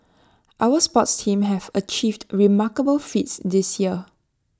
our sports teams have achieved remarkable feats this year